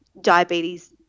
diabetes